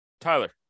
Tyler